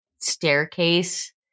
staircase